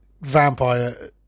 vampire